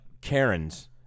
Karens